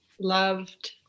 loved